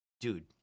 dude